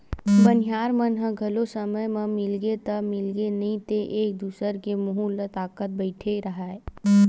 बनिहार मन ह घलो समे म मिलगे ता मिलगे नइ ते एक दूसर के मुहूँ ल ताकत बइठे रहा